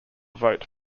vote